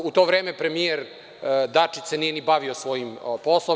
U to vreme premijer Dačić se nije ni bavio svojim poslom.